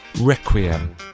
Requiem